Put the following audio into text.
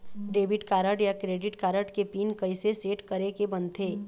Debit card या credit card के PIN कइसे सेट करे के बनते?